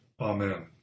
Amen